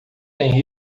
tem